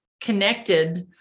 connected